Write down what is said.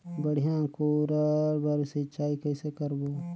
बढ़िया अंकुरण बर सिंचाई कइसे करबो?